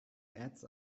ads